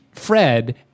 Fred